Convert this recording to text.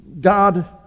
God